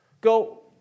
go